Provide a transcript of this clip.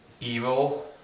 evil